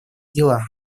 дела